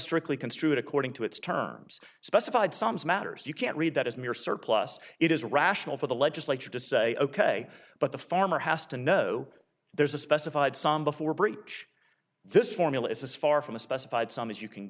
strictly construe it according to its terms specified sums matters you can't read that as mere surplus it is rational for the legislature to say ok but the farmer has to know there's a specified some before breach this formula is far from a specified sum as you can